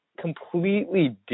completely